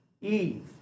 Eve